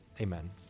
Amen